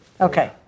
okay